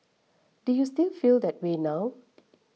do you still feel that way now